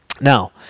Now